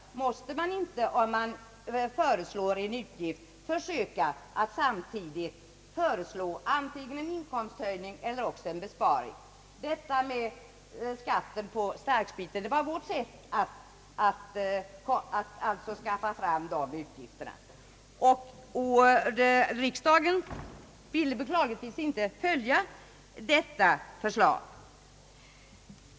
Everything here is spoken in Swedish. Måste man inte, om man föreslår en utgift, försöka att samtidigt föreslå antingen en inkomsthöjning eller en besparing för att täcka utgiften? Vårt förslag till skatt på starkspriten avsåg att skaffa fram denna inkomst. Riksdagen ville beklagligtvis inte följa detta förslag.